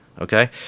Okay